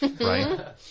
right